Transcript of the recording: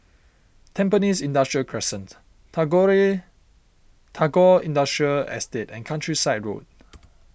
Tampines Industrial Crescent Tagore Industrial Estate and Countryside Road